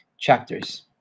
chapters